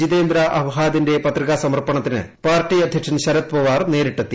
ജിതേന്ദ്ര അവ്ഹാദിന്റെ പത്രികാ സമർപ്പണത്തിന് പാർട്ടി അധ്യക്ഷൻ ശരത് പവാർ നേരിട്ടെത്തി